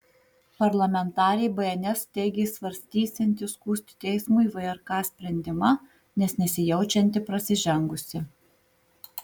parlamentarė bns teigė svarstysianti skųsti teismui vrk sprendimą nes nesijaučianti prasižengusi